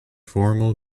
formal